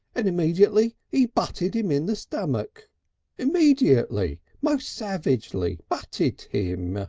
and immediately e butted him in the stomach immediately most savagely butted him.